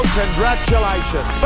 congratulations